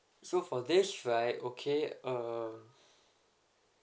so for this right okay um